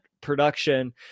production